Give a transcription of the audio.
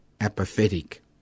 apathetic